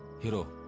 hero,